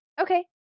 Okay